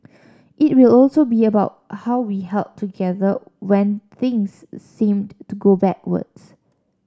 it will also be about how we held together when things seemed to go backwards